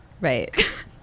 right